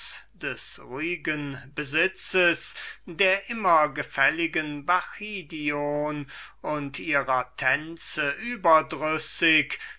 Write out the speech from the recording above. des ruhigen besitzes der immer gefälligen bacchidion und ihrer tänze überdrüssig